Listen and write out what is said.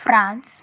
France